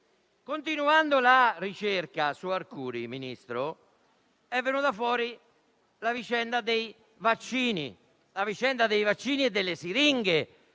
Continuando la ricerca su "Arcuri", signor Ministro, è venuta fuori la vicenda dei vaccini e delle siringhe